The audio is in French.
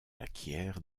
acquiert